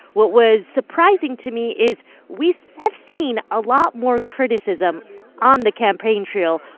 what was surprising to me is we so have seen a lot more criticism on the campaign trail,